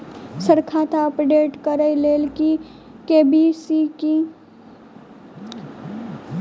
Sir खाता update करऽ लेल के.वाई.सी की जरुरत होइ छैय इ के.वाई.सी केँ मतलब की होइ छैय?